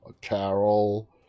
Carol